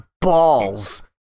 balls